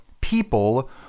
people